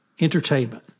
entertainment